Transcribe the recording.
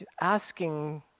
asking